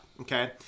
Okay